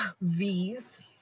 V's